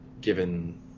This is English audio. given